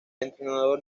entrenador